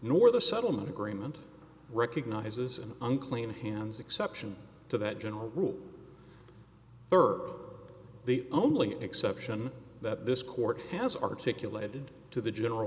nor the settlement agreement recognizes an unclean hands exception to that general rule her the only exception that this court has articulated to the general